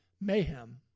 Mayhem